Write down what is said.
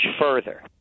further